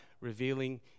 revealing